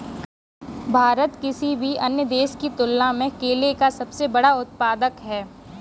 भारत किसी भी अन्य देश की तुलना में केले का सबसे बड़ा उत्पादक है